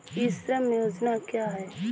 ई श्रम योजना क्या है?